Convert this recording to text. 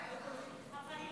להביא הצעת חוק למען החברה הערבית.